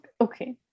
okay